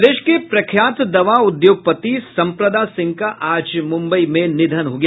प्रदेश के प्रख्यात दवा उद्योगपति संप्रदा सिंह का आज मुंबई में निधन हो गया